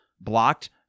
blocked